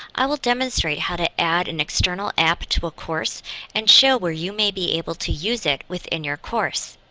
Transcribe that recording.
i will demonstrate how to add an external app to a course and show where you may be able to use it within your course.